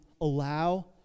allow